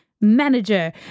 Manager